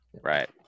Right